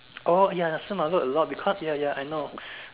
oh ya some I have heard a lot cause ya ya I know